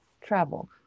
Travel